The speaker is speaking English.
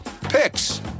picks